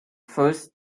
first